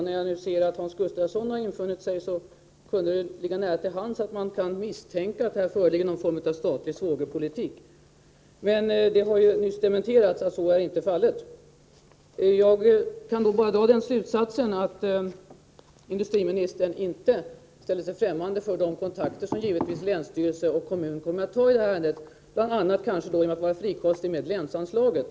När jag nu ser att Hans Gustafsson har infunnit sig, skulle det-kunna ligga nära till hands att misstänka att här föreligger någon form av statlig svågerpolitik — men det har ju nyss dementerats att så skulle vara fallet. Jag kan bara dra den slutsatsen att industriministern inte ställer sig främmande för de kontakter som länsstyrelse och kommun givetvis kommer att ta i detta ärende — kanske bl.a. genom att vara frikostig med länsanslaget.